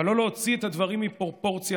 אבל לא להוציא את הדברים מפרופורציה.